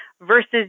versus